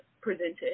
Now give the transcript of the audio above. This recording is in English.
presented